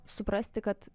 suprasti kad